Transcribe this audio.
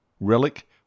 relic